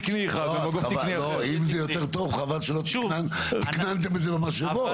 אם זה יותר טוב אז חבל שלא תקננתם את זה במשאבות.